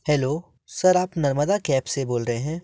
hello sir आप नर्मदा केप से बोल रहे हैं